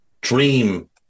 Dream